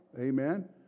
amen